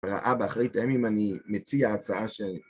ראה באחרית הימים, אני מציע הצעה ש...